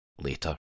later